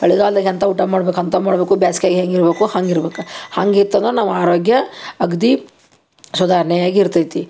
ಚಳಿಗಾಲ್ದಗ ಎಂಥ ಊಟ ಮಾಡ್ಬೇಕು ಅಂಥವು ಮಾಡಬೇಕು ಬ್ಯಾಸ್ಗ್ಯಗ ಹೆಂಗೆ ಇರಬೇಕೋ ಹಂಗೆ ಇರ್ಬಕು ಹಂಗೆ ಇತ್ತು ಅಂದ್ರೆ ನಾವು ಆರೋಗ್ಯ ಅಗದಿ ಸುಧಾರ್ಣೆಯಾಗಿರ್ತೈತಿ